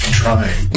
trying